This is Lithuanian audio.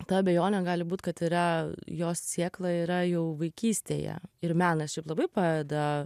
ta abejonė gali būt kad yra jos sėkla yra jau vaikystėje ir menas šiaip labai padeda